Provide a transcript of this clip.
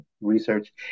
research